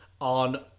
on